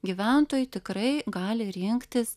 gyventojai tikrai gali rinktis